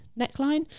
neckline